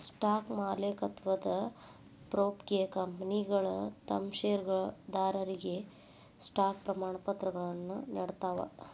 stock ಮಾಲೇಕತ್ವದ ಪ್ರೂಫ್ಗೆ ಕಂಪನಿಗಳ ತಮ್ ಷೇರದಾರರಿಗೆ ಸ್ಟಾಕ್ ಪ್ರಮಾಣಪತ್ರಗಳನ್ನ ನೇಡ್ತಾವ